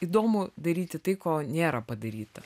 įdomu daryti tai ko nėra padaryta